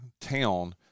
town